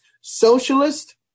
socialist